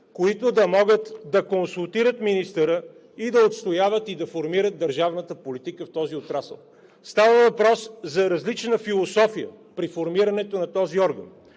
които да могат да консултират министъра и да отстояват и формират държавната политика в този отрасъл. Става въпрос за различна философия при формирането на този орган.